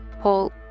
Paul